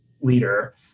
leader